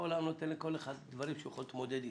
עולם נותן לכל אחד דברים שהוא יכול להתמודד איתם,